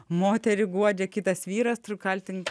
moterį guodžia kitas vyras tur kaltink